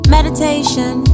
Meditation